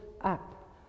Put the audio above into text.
up